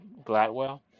Gladwell